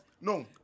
No